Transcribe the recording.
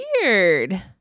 weird